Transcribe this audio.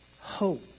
hope